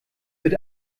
wird